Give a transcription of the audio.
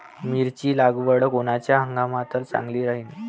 मिरची लागवड कोनच्या हंगामात चांगली राहीन?